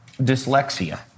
dyslexia